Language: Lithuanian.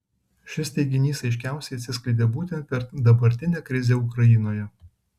šis teiginys aiškiausiai atsiskleidė būtent per dabartinę krizę ukrainoje